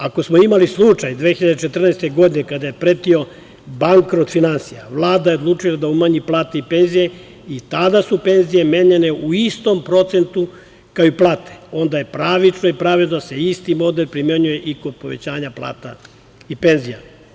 Ako smo imali slučaj 2014. godine, kada je pretio bankrot finansija, Vlada je odlučila da umanji plate i penzije i tada su penzije menjane u istom procentu kao i plate, onda je pravično i pravedno da se isti model primenjuje i kod povećanja plata i penzija.